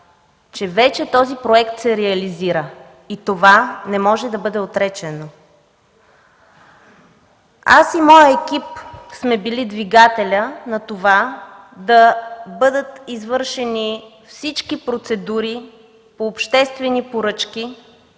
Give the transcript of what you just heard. че вече този проект се реализира. Това не може да бъде отречено. Аз и моят екип сме били двигателят на това да бъдат извършени всички процедури по обществените поръчки,